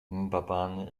mbabane